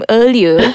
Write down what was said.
earlier